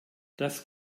das